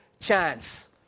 chance